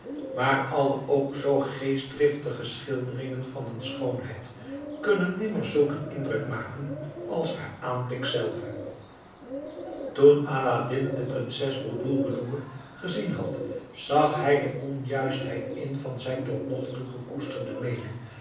maar alle ook nog zoo geestdriftige schilderingen van een schoonheid kunnen nimmer zulk een indruk maken als haar aanblik zelve toen aladdin de prinses bedroelboedoer gezien had zag hij de onjuistheid in van zijn tot nog toe gekoesterde meening